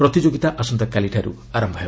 ପ୍ରତିଯୋଗିତା ଆସନ୍ତାକାଲିଠାରୁ ଆରମ୍ଭ ହେବ